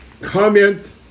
comment